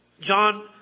John